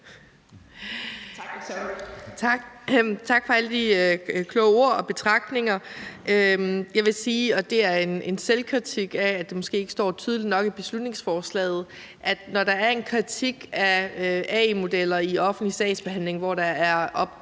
Tak for alle de kloge ord og betragtninger. Jeg vil sige – og det er en selvkritik af, at det måske ikke står tydeligt nok i beslutningsforslaget – at når der er en kritik af AI-modeller i offentlig sagsbehandling, hvor der er